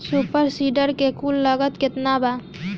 Super seeder के कुल लागत केतना बा?